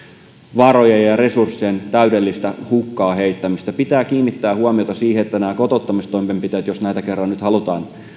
varojen ja resurssien täydellistä hukkaan heittämistä pitää kiinnittää huomiota siihen että nämä kotouttamistoimenpiteet jos näitä kerran nyt halutaan